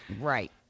Right